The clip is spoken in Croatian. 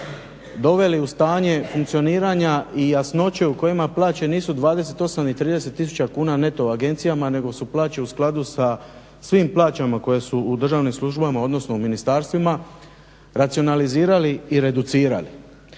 doveli u stanje funkcioniranja i jasnoće u kojima plaće nisu 28 i 30 tisuća kuna neto u agencijama nego su plaće u skladu sa svim plaćama koje su u državnim službama odnosno u ministarstvima, racionalizirali i reducirali.